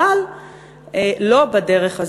אבל לא בדרך הזו,